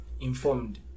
informed